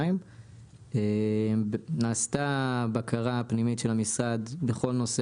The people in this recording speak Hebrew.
2022. נעשתה בקרה פנימית של המשרד בכל נושא